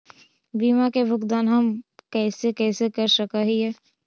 बीमा के भुगतान हम कैसे कैसे कर सक हिय?